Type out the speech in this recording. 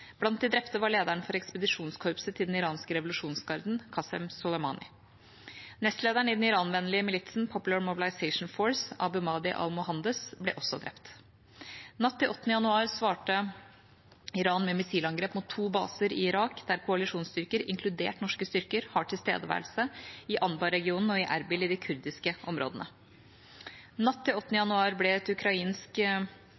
Blant de drepte var lederen for ekspedisjonskorpset til den iranske revolusjonsgarden, Qasem Soleimani. Nestlederen i den Iran-vennlige militsen Popular Mobilization Forces , Abu Mahdi al-Mohandes, ble også drept. Natt til 8. januar svarte Iran med missilangrep mot to baser i Irak der koalisjonsstyrker, inkludert norske styrker, har tilstedeværelse – i Anbar-regionen og i Erbil i de kurdiske områdene. Natt til